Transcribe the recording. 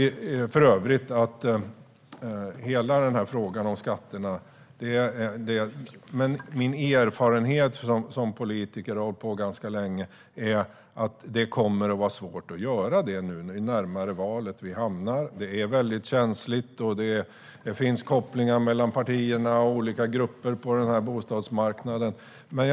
I fråga om skatterna säger mig min erfarenhet som politiker - jag har varit med ganska länge - att det kommer att bli svårt att göra det nu, ju närmare valet vi kommer. Det är känsligt. Det finns kopplingar mellan partierna och olika grupper på bostadsmarknaden.